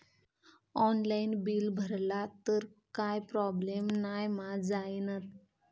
Online bill भरला तर काय प्रोब्लेम नाय मा जाईनत?